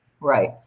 Right